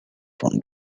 from